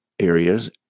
areas